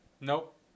nope